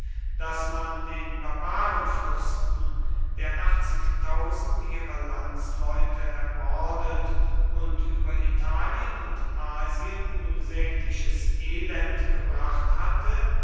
daß man den barbarenfürsten der achtzigtausend ihrer landsleute ermordet und über italien und asien unsägliches elend gebracht hatte